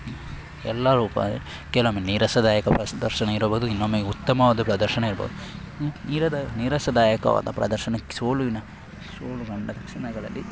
ಎಲ್ಲರೂ ಬ ಕೆಲವೊಮ್ಮೆ ನೀರಸದಾಯಕ ಪ್ರದರ್ಶನ ಇರಬೌದು ಇನ್ನೊಮ್ಮೆ ಉತ್ತಮವಾದ ಪ್ರದರ್ಶನ ಇರ್ಬೋದು ಹ್ಞೂ ನೀರಸದಾಯಕವಾದ ಪ್ರದರ್ಶನಕ್ಕೆ ಸೋಲಿನ ಸೋಲು ಬಂದ ಕ್ಷಣಗಳಲ್ಲಿ